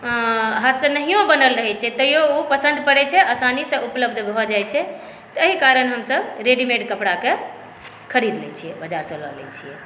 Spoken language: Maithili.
हाथसँ नहिओ बनल रहै छै तैओ ओ पसन्द पड़ै छै आओर आसानी से उपलब्ध भऽ जाइ छै तऽ एहि कारण हमसभ रेडीमेड कपड़ाके खरीद लै छियै बाजारसँ लऽ लेइ छिऐ